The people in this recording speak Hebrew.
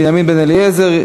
בנימין בן-אליעזר,